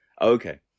Okay